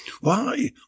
Why